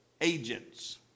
agents